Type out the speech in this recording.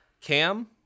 Cam